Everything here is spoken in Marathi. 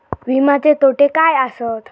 विमाचे तोटे काय आसत?